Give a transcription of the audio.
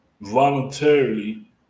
voluntarily